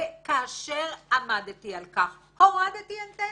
כאשר עמדתי על כך, הורדתי אנטנות.